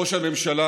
ראש הממשלה